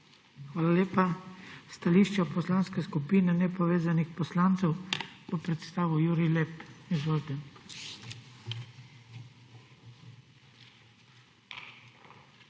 Hvala lepa. Stališče Poslanske skupine Nepovezanih poslancev bo predstavil Jurij Lep. Izvolite.